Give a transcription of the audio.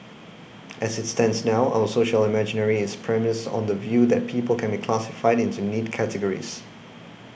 as it stands now our social imaginary is premised on the view that people can be classified into neat categories